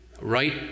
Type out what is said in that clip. Right